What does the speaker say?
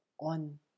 on